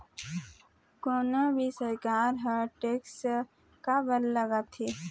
कोनो भी सरकार ह टेक्स काबर लगाथे?